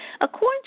According